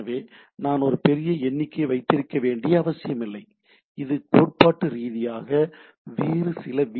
எனவே நான் ஒரு பெரிய எண்ணிக்கையை வைத்திருக்க வேண்டிய அவசியமில்லை இது கோட்பாட்டு ரீதியாக வேறு சில வி